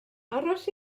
aros